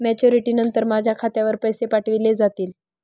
Maturity नंतर माझ्या खात्यावर पैसे पाठविले जातील?